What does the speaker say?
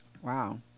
wow